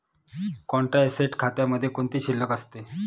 Contra asset खात्यामध्ये कोणती शिल्लक असते?